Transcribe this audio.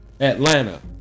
Atlanta